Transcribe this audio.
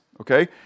okay